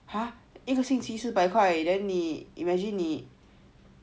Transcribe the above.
!huh! 一个星期四百块 imagine 你